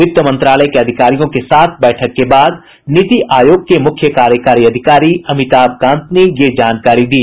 वित्त मंत्रालय के अधिकारियों के साथ बैठक के बाद नीति आयोग के मुख्य कार्यकारी अधिकारी अमिताभ कांत ने यह जानकारी दी